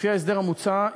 לפי ההסדר המוצע,